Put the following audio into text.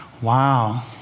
Wow